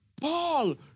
Paul